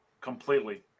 completely